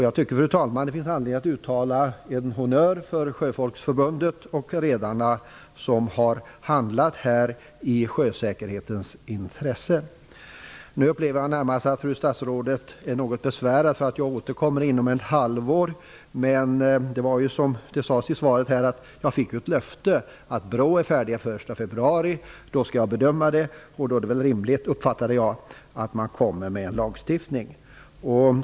Jag tycker, fru talman, att det finns anledning att uttala en honnör för Sjöfolksförbundet och Redarna, som här har handlat i sjösäkerhetens intresse. Nu upplever jag att fru statsrådet närmast är något besvärad för att jag återkommit inom ett halvår. Men jag fick ju, som sades i svaret, ett löfte om att man vid BRÅ skulle vara färdiga med underlaget den 1 februari. Därför uppfattar jag det som rimligt att man föreslår en lagstiftning.